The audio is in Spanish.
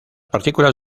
partículas